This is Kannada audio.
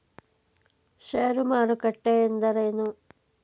ಷೇರು ಮಾರುಕಟ್ಟೆ ಎಂದರೇನು?